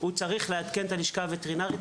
צריך לעדכן על כך את הלשכה הווטרינרית,